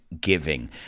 giving